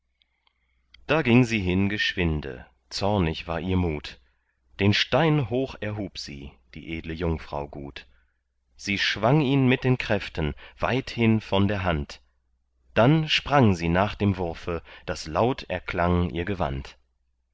da ging sie hin geschwinde zornig war ihr mut den stein hoch erhub sie die edle jungfrau gut sie schwang ihn mit kräften weithin von der hand dann sprang sie nach dem wurfe daß laut erklang ihr gewand